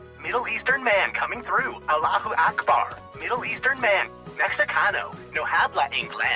middle eastern man coming through. allahu akbar. middle eastern man mexicano. no habla ingles.